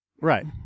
Right